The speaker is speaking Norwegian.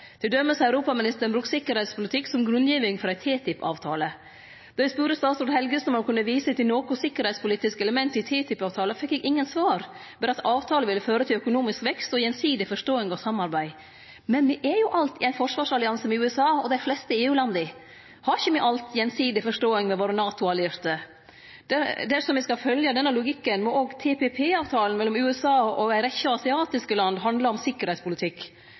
europaministeren brukt sikkerheitspolitikk som grunngiving for ein TTlP-avtale. Då eg spurde statsråd Helgesen om han kunne vise til noko sikkerheitspolitisk element i TTIP-avtalen, fekk eg ingen svar, berre at avtalen ville føre til økonomisk vekst og gjensidig forståing og samarbeid. Men me er jo alt i ein forsvarsallianse med USA og dei fleste EU-landa! Har me ikkje alt gjensidig forståing med våre NATO-allierte? Dersom me skal følgje denne logikken, må også TPP-avtalen mellom USA og ei rekkje asiatiske land handle om sikkerheitspolitikk.